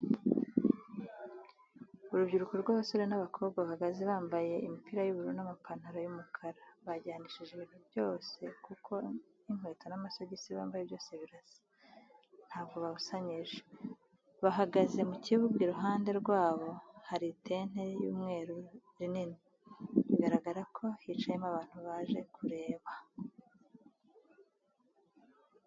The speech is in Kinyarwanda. Urubyiruko rw'abasore n'abakobwa bahagaze bambaye imipira y'ubururu n'amapantaro y'umukara. Byajyanishije ibintu byoze kuko inketo n'amasogisi bambaye byose birasa ntabwo babusanyije. Bahagaze mu kibuga iruhande rwabo hari itente ry'umweru rinini, bigaragara ko hicayemo abantu baje kureba.